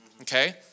okay